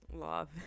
love